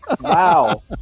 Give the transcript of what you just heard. Wow